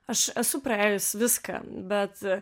aš esu praėjus viską bet